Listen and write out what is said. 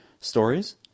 stories